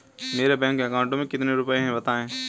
मेरे bank account में कितने रुपए हैं बताएँ?